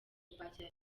kwakira